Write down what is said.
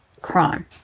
crime